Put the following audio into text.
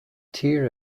tír